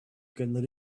can